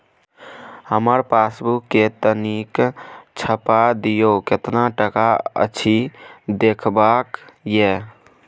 हमर पासबुक के तनिक छाय्प दियो, केतना टका अछि देखबाक ये?